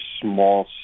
small